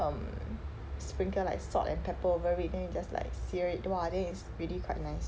um sprinkle like salt and pepper over it then you just like sear it !wah! then it's really quite nice